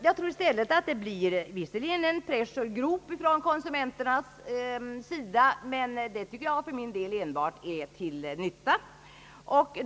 Jag tror visserligen att det i viss mån blir en pressure group från konsumenternas sida, men det tycker jag är enbart till nytta.